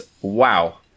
wow